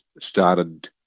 started